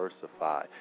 diversify